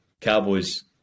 Cowboys